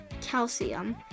Calcium